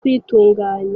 kuyitunganya